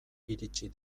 iritsi